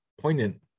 poignant